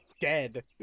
dead